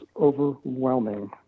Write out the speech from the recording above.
overwhelming